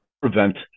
prevent